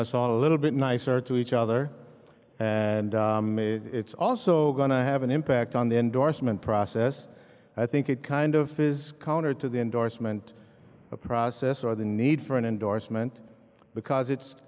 us all a little bit nicer to each other and it's also going to have an impact on the endorsement process i think it kind of is counter to the endorsement process or the need for an endorsement because it's